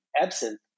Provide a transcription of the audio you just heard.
absent